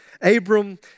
Abram